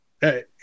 Hey